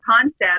concept